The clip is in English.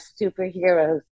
superheroes